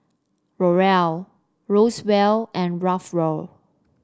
Laurel Roswell and Raphael